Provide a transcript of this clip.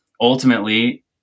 ultimately